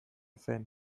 zen